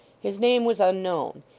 his name was unknown,